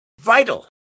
vital